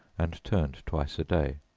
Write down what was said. and turned twice a day.